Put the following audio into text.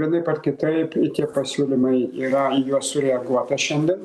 vienaip ar kitaip iki pasiūlymai yra į juos sureaguota šiandien